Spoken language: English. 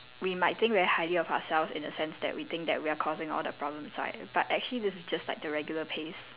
we might think very highly of ourselves in the sense that we think that we're causing all the problems right but actually this is just like the regular pace